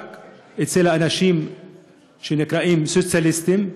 רק אצל אנשים שנקראים סוציאליסטים,